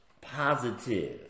positive